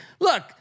look